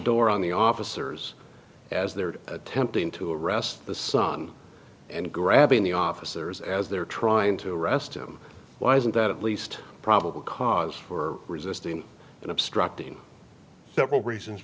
door on the officers as they're attempting to arrest the son and grabbing the officers as they're trying to arrest him why isn't that at least probable cause for resisting and obstructing several reasons